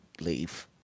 leave